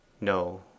no